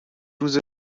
روز